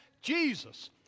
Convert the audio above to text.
Jesus